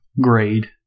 grade